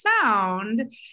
found